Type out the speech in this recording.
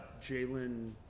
Jalen